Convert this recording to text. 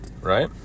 Right